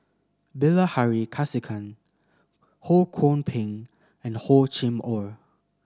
Bilahari Kausikan Ho Kwon Ping and Hor Chim Or